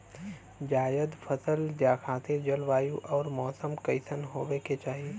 जायद फसल खातिर जलवायु अउर मौसम कइसन होवे के चाही?